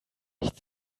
nicht